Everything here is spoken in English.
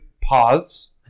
pause